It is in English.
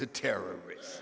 the terrorist